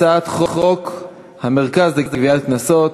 הצעת חוק המרכז לגביית קנסות,